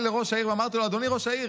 לראש העיר ואמרתי לו: אדוני ראש העיר,